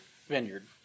vineyard